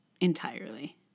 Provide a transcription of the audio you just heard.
entirely